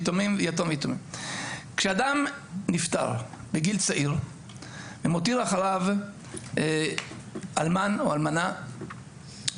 כשאדם נפטר בגיל צעיר ומותיר אחריו אלמן או אלמנה,